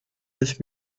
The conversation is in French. neuf